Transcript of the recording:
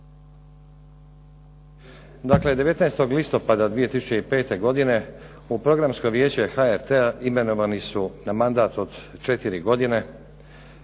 Dakle, 19. listopada 2005. godine u Programsko vijeće HRT-a imenovani su na mandat od četiri godine